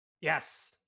Yes